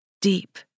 deep